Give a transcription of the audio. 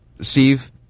Steve